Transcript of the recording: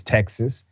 Texas